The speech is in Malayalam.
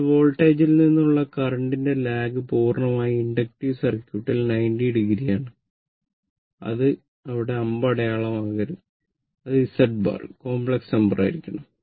അതിനാൽ വോൾട്ടേജിൽ നിന്നുള്ള കറന്റ് ന്റെ ലാഗ് പൂർണ്ണമായും ഇൻഡക്റ്റീവ് സർക്യൂട്ടിൽ 90o ആണ് ഇവിടെ അത് അമ്പടയാളമാകരുത് അത് Z ബാർ കോംപ്ലക്സ് നമ്പർ ആയിരിക്കണം